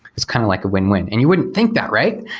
it's kind of like a win-win, and you would think that, right?